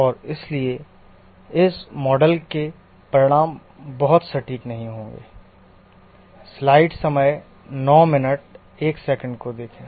और इसलिए इस मॉडल के परिणाम बहुत सटीक नहीं होंगे